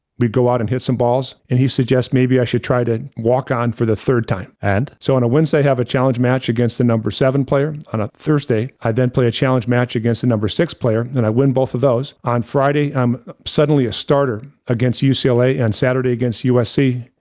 we go out and hit some balls and he suggests maybe i should try to walk on for the third time. and? so, on a wednesday, i have a challenge match against the number seven player on a thursday, i then play a challenge match against the number six player then i win both of those on friday. i'm suddenly a starter against ucla so on saturday against usc.